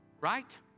right